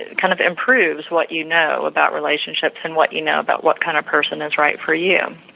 kind of improves what you know about relationships and what you know about what kind of person is right for you.